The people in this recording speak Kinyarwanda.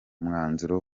umwanzuro